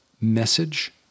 message